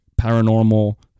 paranormal